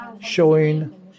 showing